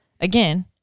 again